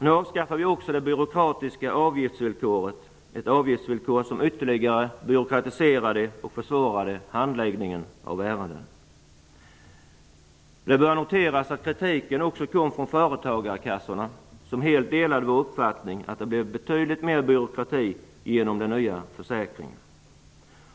Nu avskaffar vi också det byråkratiska avgiftsvillkoret, ett avgiftsvillkor som ytterligare byråkratiserade och försvårade handläggningen av ärenden. Det bör noteras att kritiken också kom från företagarkassorna, som helt delade vår uppfattning att det blev betydligt mer byråkrati genom den nya försäkringen.